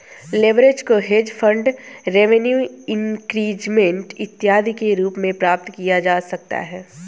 leverage को hedge fund revenue increment इत्यादि के रूप में प्राप्त किया जा सकता है